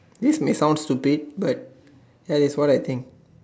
this may sound stupid but that is what I think